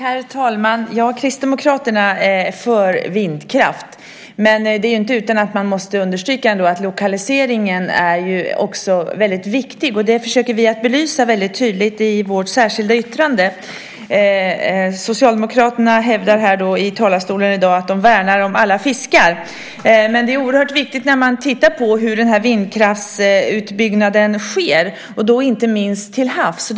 Herr talman! Kristdemokraterna är för vindkraft, men det är inte utan att man ändå måste understryka att även lokaliseringen är mycket viktig. Det belyser vi tydligt i vårt särskilda yttrande. Socialdemokraterna hävdar från talarstolen i dag att de värnar om alla fiskar. När man tittar på hur vindkraftsutbyggnaden sker, inte minst till havs, är det oerhört viktigt att just se till lokaliseringen.